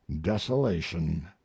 desolation